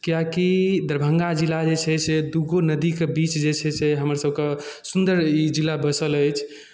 कियाकि दरभंगा जिला जे छै से दू गो नदीके बीच जे छै से हमरसभके सुन्दर ई जिला बसल अछि